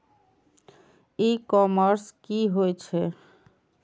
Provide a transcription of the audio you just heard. ई commerce की होए छै?